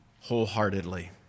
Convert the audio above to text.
wholeheartedly